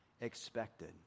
expected